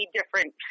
different